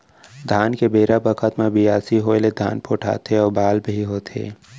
धान के बेरा बखत म बियासी होय ले धान पोठाथे अउ बाल भी होथे